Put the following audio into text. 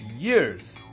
years